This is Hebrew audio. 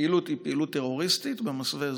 הפעילות היא פעילות טרוריסטית במסווה אזרחי.